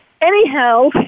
Anyhow